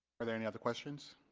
are there any other questions